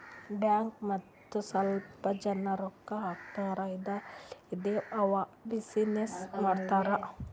bank ಮತ್ತ ಸ್ವಲ್ಪ ಜನ ರೊಕ್ಕಾ ಹಾಕ್ಯಾರ್ ಇದುರ್ಲಿಂದೇ ಅವಾ ಬಿಸಿನ್ನೆಸ್ ಮಾಡ್ತಾನ್